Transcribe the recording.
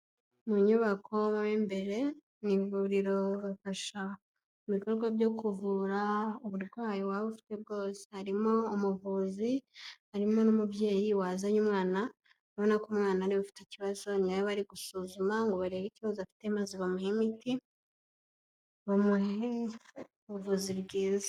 Mu nyubako mo imbere ni ivuriro bafasha mu bikorwa byo kuvura uburwayi waba ufite bwose harimo umuvuzi harimo n'umubyeyi wazanye umwana abona ko umwana ariwe ufite ikibazo ni nawwe bari gusuzuma ngo barebe ikibazo afite maze bamuhe imiti ubuvuzi bwiza.